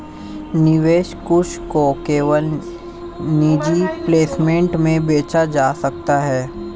निवेश कोष को केवल निजी प्लेसमेंट में बेचा जा सकता है